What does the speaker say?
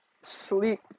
sleep